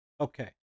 Okay